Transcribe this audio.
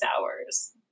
hours